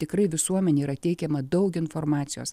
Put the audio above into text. tikrai visuomenei yra teikiama daug informacijos